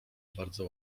bardzo